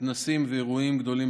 כנסים ואירועים גדולים,